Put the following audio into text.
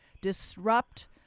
disrupt